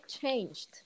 changed